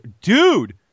dude